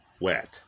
wet